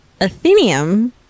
Athenium